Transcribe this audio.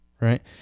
right